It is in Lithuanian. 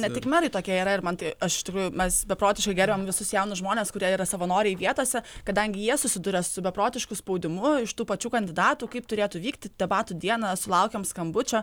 ne tik merai tokie yra ir man tai aš iš tikrųjų mes beprotiškai gerbiam visus jaunus žmones kurie yra savanoriai vietose kadangi jie susiduria su beprotišku spaudimu iš tų pačių kandidatų kaip turėtų vykti debatų dieną sulaukėm skambučio